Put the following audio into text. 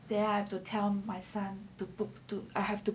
then I have to tell my son to put to I have to